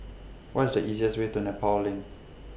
What IS The easiest Way to Nepal LINK